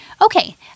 okay